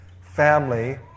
family